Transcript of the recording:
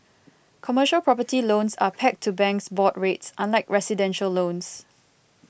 commercial property loans are pegged to banks' board rates unlike residential loans